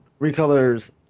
recolors